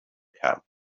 camp